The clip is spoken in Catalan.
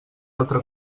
altre